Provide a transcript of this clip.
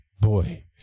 Boy